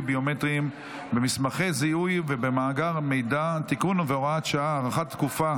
ביומטריים במסמכי זיהוי ובמאגר מידע (תיקון והוראת שעה) (הארכת מועד),